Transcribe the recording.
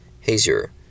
Hazur